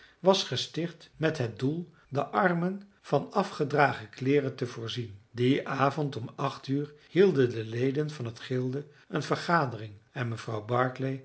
was gesticht met het doel de armen van afgedragen kleeren te voorzien dien avond om uur hielden de leden van het gilde een vergadering en mevrouw barclay